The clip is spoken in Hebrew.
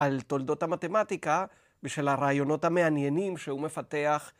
על תולדות המתמטיקה ושל הרעיונות המעניינים שהוא מפתח.